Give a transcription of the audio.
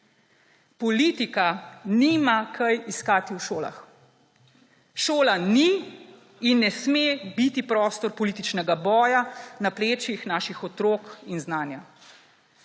Politika nima kaj iskati v šolah. Šola ni in ne sme biti prostor političnega boja na plečih naših otrok in znanja.